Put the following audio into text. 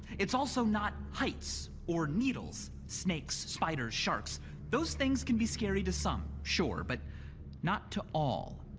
it's also not heights or needles, snakes, spiders, sharks those things can be scary to some, sure, but not to all.